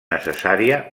necessària